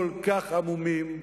כל כך עמומים,